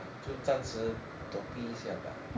就暂时躲避一下吧